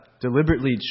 deliberately